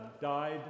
died